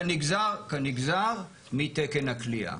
כנגזר מתקן הכליאה.